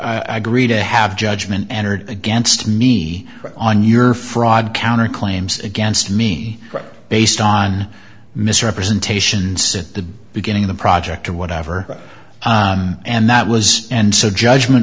to agree to have judgment entered against me on your fraud counter claims against me based on misrepresentations at the beginning of the project or whatever and that was and so judgment